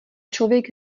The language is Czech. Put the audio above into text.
člověk